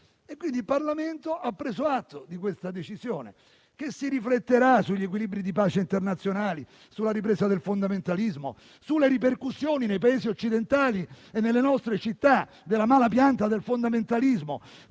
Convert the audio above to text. il Parlamento ha preso atto di questa decisione, che si rifletterà sugli equilibri di pace internazionali, sulla ripresa del fondamentalismo, sulle ripercussioni nei Paesi occidentali e nelle nostre città della malapianta del fondamentalismo,